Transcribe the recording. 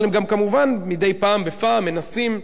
אבל הם גם כמובן מדי פעם בפעם מנסים,